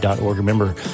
Remember